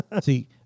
See